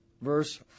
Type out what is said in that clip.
verse